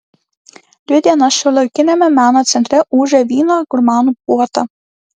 dvi dienas šiuolaikiniame meno centre ūžė vyno gurmanų puota